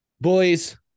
boys